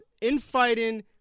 infighting